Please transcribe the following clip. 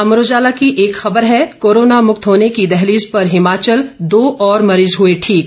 अमर उजाला की एक खबर है कोरोना मुक्त होने की दहलीज पर हिमाचल दो और मरीज हुए ठीक